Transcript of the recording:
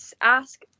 ask